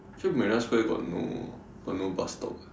actually Marina Square got no got no bus stop eh